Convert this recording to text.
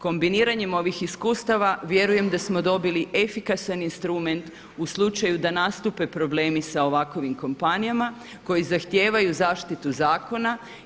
Kombiniranjem ovih iskustava vjerujem da smo dobili efikasan instrument u slučaju da nastupe problemi sa ovakovim kompanijama koji zahtijevaju zaštitu zakona.